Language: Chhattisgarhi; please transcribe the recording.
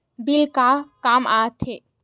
बिल का काम आ थे?